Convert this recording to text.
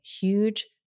huge